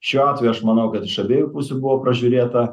šiuo atveju aš manau kad iš abiejų pusių buvo pražiūrėta